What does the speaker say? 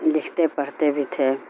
لکھتے پڑھتے بھی تھے